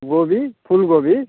गोभी फूलगोभी